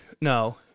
no